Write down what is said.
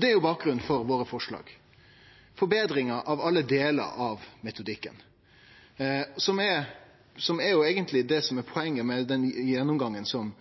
Det er bakgrunnen for forslaga våre, om forbetringar av alle delar av metodikken, som eigentleg er det som er poenget med den gjennomgangen som